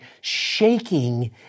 shaking